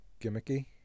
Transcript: gimmicky